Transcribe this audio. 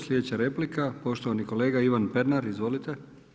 Slijedeća replika poštovani kolega Ivan Pernar, izvolite.